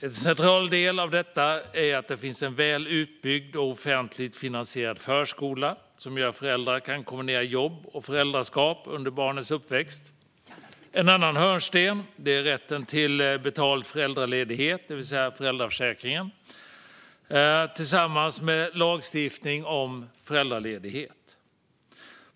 En central del av detta är att det finns en väl utbyggd och offentligt finansierad förskola som gör att föräldrar kan kombinera jobb och föräldraskap under barnens uppväxt. En annan hörnsten är rätten till betald föräldraledighet, det vill säga föräldraförsäkringen tillsammans med lagstiftning om föräldraledighet.